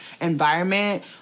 environment